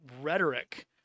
rhetoric